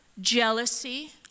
jealousy